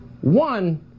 one